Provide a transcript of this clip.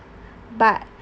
but